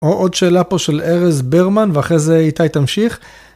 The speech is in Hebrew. עו... עוד שאלה פה של ארז ברמן ואחרי זה איתי תמשיך.